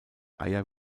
eier